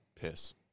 piss